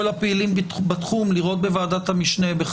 הפעילים בתחום לראות בוועדת המשנה כתובת,